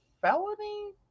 felony